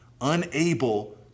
unable